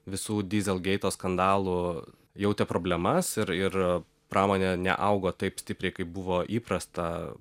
visų dizelgeito skandalų jautė problemas ir ir pramonė neaugo taip stipriai kaip buvo įprasta